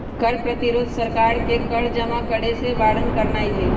कर प्रतिरोध सरकार के कर जमा करेसे बारन करनाइ हइ